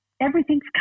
everything's